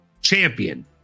champion